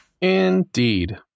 indeed